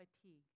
fatigue